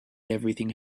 everything